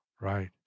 Right